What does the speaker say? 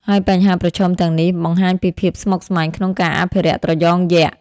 ហើយបញ្ហាប្រឈមទាំងនេះបង្ហាញពីភាពស្មុគស្មាញក្នុងការអភិរក្សត្រយងយក្ស។